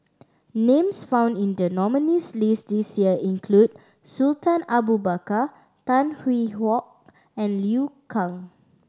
names found in the nominees' list this year include Sultan Abu Bakar Tan Hwee Hock and Liu Kang